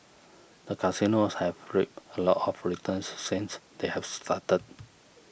the casinos have reaped a lot of returns since they have started